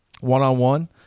one-on-one